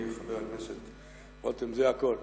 חבר הכנסת רותם, זה הכול.